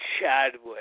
Chadwick